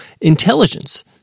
intelligence